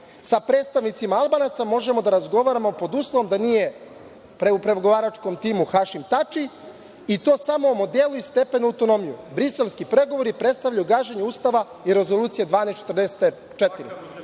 Sa predstavnicima Albanaca možemo da razgovaramo pod uslovom da nije u pregovaračkom timu Hašim Tači, i to samo o modelu i stepenu autonomije. Briselski pregovori predstavljaju gaženje Ustava i Rezolucije